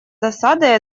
досадой